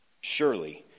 Surely